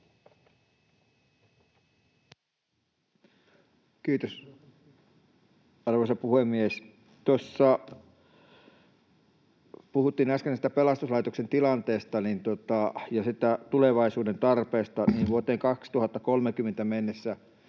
Kiitos, arvoisa puhemies! Kun äsken puhuttiin pelastuslaitoksen tilanteesta ja tulevaisuuden tarpeista, niin vuoteen 2030 mennessä